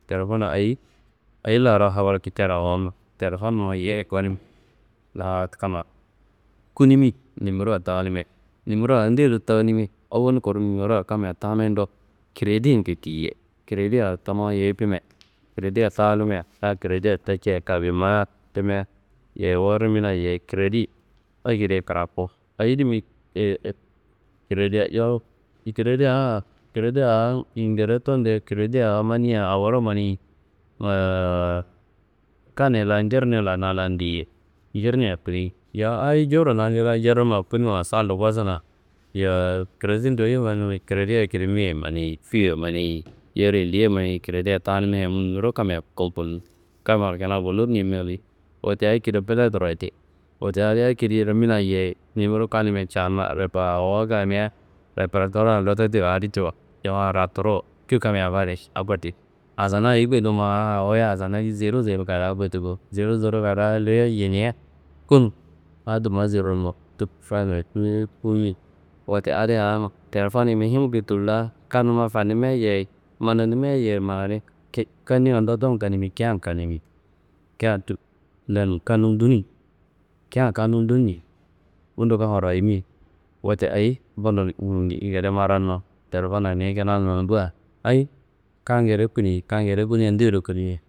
Telefonna ayi, ayi laro habar kiciyaro awono? Telefonnumma yeyi gonimia kamma kunimi nimera tawunimia. Nimera ndeyedo tawunimi? Awol kuru nimera kammiye tawunindo, kredi ñu diye, krediya tumu yifimia, krediya tawunumia, na kredia tacia kabinma timia, yeyi wu rimina yeyi kredi akediye kraku. Ayi dimi? Yeyi k- krediya yowo krediya a krediya a ngede tundeye krediya a mania aworo mani aa kanni la njirni la na lan diye njirniya kuni. Yowo hayi jowuro ngla, njirnumma kunuwa sandu kosuna, yowo kredi dawuye manimi, kredi akedi mea- ye, mani fuwu ye, mani, yor yindi ye krediya tawunumia yumu nimero kammiya kompons. Kammaro kina gullun yimia adi, wote akedo fileturu ti, wote adi akediro rimina, yeyi nimero kannummiya cawuna are ba awo kamia reperatuwarra ndotto tiwo? Adi tiwo yowuwa ratturuwu cu kammiya fade akoti asana ayi gudumo? Aa wuyiya asana zero zero kadaa kutuko, zero zero kadaa nduye yiniye kunu. Adi tumma zeronumma tuk fadima tiyit kuyi. Wote adi awonum telefonni muhimngu tulla kannumma fadimia yeyi manainmia yeyi manani kit kanimia ndotto kanimi keyeyan kanimi, keyeyan tuk lenun kanun dunuyi. Keyeya kanun dunumi, bundo kammaro ayimi, wote ayi ngede maradunun telefomma̧̧ ni kina nonumbuwa, hayi kan ngede kuni, kan ngede kuni ndeyendo kunimi.